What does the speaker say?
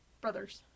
brothers